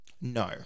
No